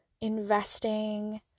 investing